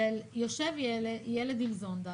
שיושב ילד עם זונדה,